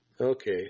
Okay